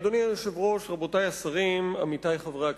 אדוני היושב-ראש, רבותי השרים, עמיתי חברי הכנסת,